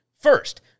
first